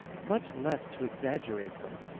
much less to exaggerate them.